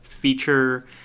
Feature